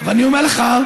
ואני אומר לך,